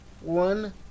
One